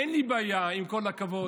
אין לי בעיה, עם כל הכבוד.